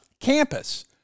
campus